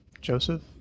Joseph